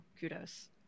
kudos